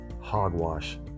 Hogwash